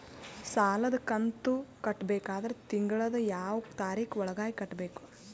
ಸಾಲದ ಕಂತು ಕಟ್ಟಬೇಕಾದರ ತಿಂಗಳದ ಯಾವ ತಾರೀಖ ಒಳಗಾಗಿ ಕಟ್ಟಬೇಕು?